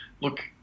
look